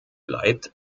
bleibt